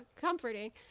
comforting